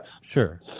Sure